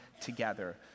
together